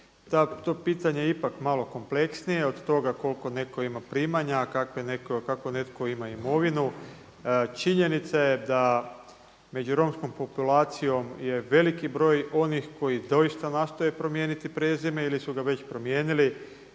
To pitanje je ipak malo kompleksnije od toga koliko neko ima primanja, kako netko ima imovinu. Činjenica je da među romskom populacijom je veliki broj onih koji nastoje promijeniti prezime ili su ga već promijenili.